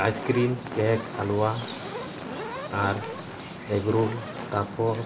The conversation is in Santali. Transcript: ᱟᱭᱤᱥᱠᱤᱨᱤᱢ ᱠᱮᱠ ᱦᱟᱞᱳᱣᱟ ᱟᱨ ᱮᱜᱽᱨᱩᱞ ᱛᱟᱯᱚᱨ